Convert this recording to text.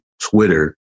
Twitter